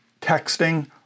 texting